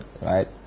Right